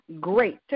great